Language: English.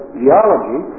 geology